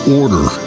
order